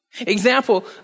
Example